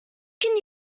can